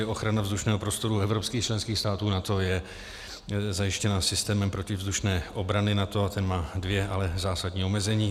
Ochrana vzdušného prostoru evropských členských států NATO je zajištěna systémem protivzdušné obrany NATO a ten má dvě, ale zásadní omezení.